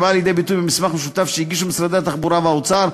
שבאה לידי ביטוי במסמך משותף שהגישו משרדי התחבורה והאוצר,